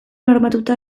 hormatuta